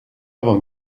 avant